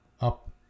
up